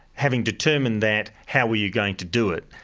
having determined that, how were you going to do it?